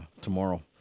tomorrow